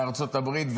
לארצות הברית,